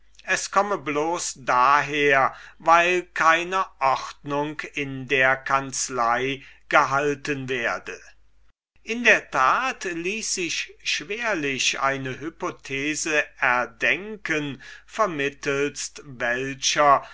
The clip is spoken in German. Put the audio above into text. es komme bloß daher weil keine ordnung in der kanzlei gehalten werde in der tat ließ sich schwerlich eine hypothese erdenken vermittelst welcher